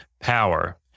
power